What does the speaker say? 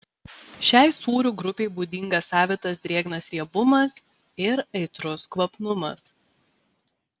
šiai sūrių grupei būdingas savitas drėgnas riebumas ir aitrus kvapnumas